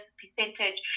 percentage